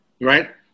Right